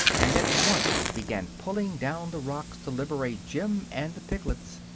and at once began pulling down the rocks to liberate jim and the piglets.